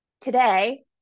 today